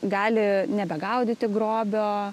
gali nebegaudyti grobio